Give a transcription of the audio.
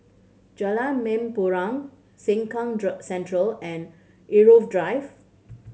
Jalan Mempurong Sengkang Central and Irau Drive